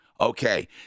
Okay